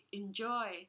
enjoy